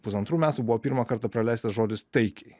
pusantrų metų buvo pirmą kartą praleistas žodis taikiai